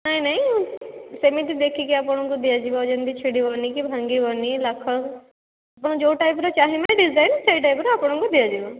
ନାହିଁ ନାହିଁ ସେମିତି ଦେଖିକି ଆପଣଙ୍କୁ ଦିଆଯିବ ଯେମିତି ଛିଣ୍ଡିବନି କି ଭାଙ୍ଗିବନି ଲାଖ ଆପଣ ଯେଉଁ ଟାଇପ୍ର ଚାହିଁବେ ଡିଜାଇନ ଆପଣଙ୍କୁ ସେହି ଟାଇପ୍ର ଦିଆଯିବ